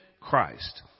Christ